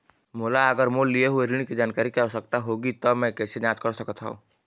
मोला अगर मोर लिए हुए ऋण के जानकारी के आवश्यकता होगी त मैं कैसे जांच सकत हव?